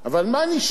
אבל מה נשאר?